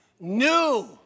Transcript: New